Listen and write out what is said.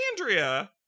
Andrea